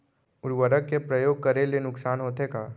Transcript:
उर्वरक के उपयोग करे ले नुकसान होथे का?